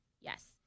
yes